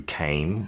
came